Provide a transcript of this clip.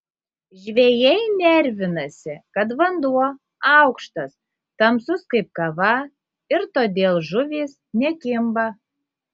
žvejai nervinasi kad vanduo aukštas tamsus kaip kava ir todėl žuvys nekimba